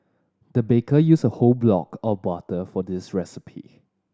the baker used a whole block of butter for this recipe